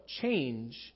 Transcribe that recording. change